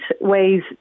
ways